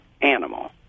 animal